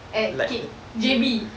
at okay J_B